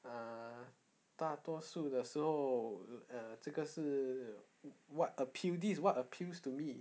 ah 大多数的时候 uh 这个是 what appeal this is what appeals to me